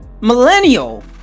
millennial